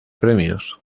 premios